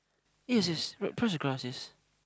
yes yes right just across yes